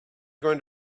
going